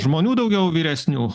žmonių daugiau vyresnių